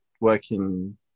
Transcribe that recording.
working